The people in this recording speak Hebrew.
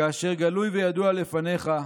כאשר גלוי וידוע לפניך.